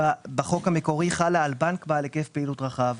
בחוק המקורי חלה על בנק בעל היקף פעילות רחב.